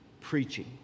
preaching